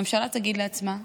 ממשלה תגיד לעצמה: